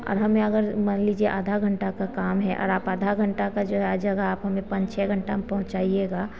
और हमें अगर मान लीजिए आधा घन्टा का काम है और आप आधा घन्टा की जगह आप हमें पाँच छह घन्टा में पहुँचाइएगा